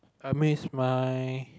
I miss my